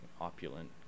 opulent